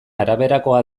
araberakoa